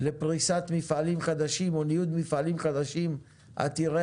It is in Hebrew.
לפריסת מפעלים חדשים או ניוד מפעלים חדשים עתירי